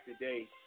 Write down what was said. today